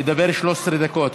לדבר 13 דקות,